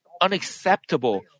unacceptable